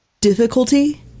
difficulty